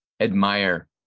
admire